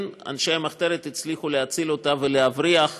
אנשי המחרת הצליחו להציל אותה ולהבריח אותה,